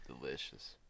Delicious